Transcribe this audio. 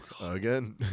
again